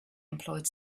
employed